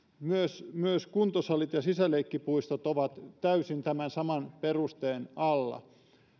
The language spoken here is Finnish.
myös myös kuntosalit ja sisäleikkipuistot ovat täysin tämän saman perusteen alla